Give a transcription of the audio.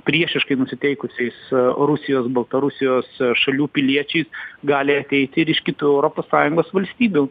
priešiškai nusiteikusiais rusijos baltarusijos šalių piliečiais gali ateiti ir iš kitų europos sąjungos valstybių